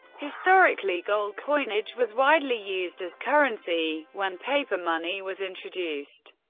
historically gold coinage was widely used as currency when paper money was introduced,